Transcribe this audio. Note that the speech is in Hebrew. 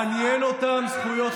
האם באמת מעניין אותם זכויות אדם?